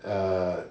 uh